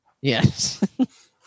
Yes